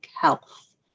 health